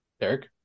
Derek